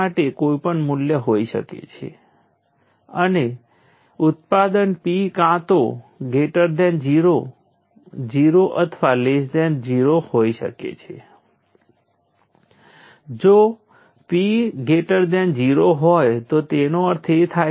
અને I 0 અને તે ઓછું નેગેટિવ બની રહ્યું છે તે સમય ડેરિવેટિવ 0 થી વધારે હશે અને તે પાવર ડીલીવર કરે છે કારણ કે નેગેટિવ કરંટ અને પોઝિટિવ ડેરિવેટિવનું પ્રોડક્ટ અહીં પોઝિટિવ સંખ્યા આપશે